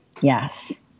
Yes